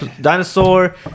dinosaur